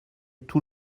tout